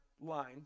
line